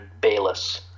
Bayless